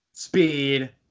Speed